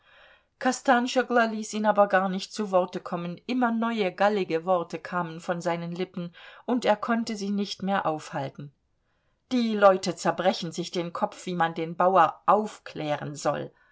kostanschoglo ließ ihn aber gar nicht zu worte kommen immer neue gallige worte kamen von seinen lippen und er konnte sie nicht mehr aufhalten die leute zerbrechen sich den kopf wie man den bauer aufklären soll